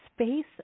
space